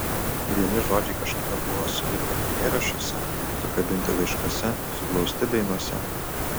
vieni žodžiai kažkada buvo sulipę eilėraščiuose sukabinti laiškuose suglausti dainose